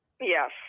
yes